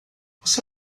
você